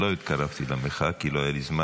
לא התקרבתי למחאה, כי לא היה לי זמן.